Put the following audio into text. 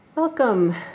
Welcome